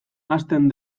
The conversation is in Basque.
hasten